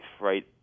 right